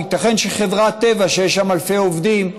ייתכן שלגבי חברת טבע, שיש שם אלפי עובדים,